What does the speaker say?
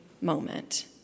moment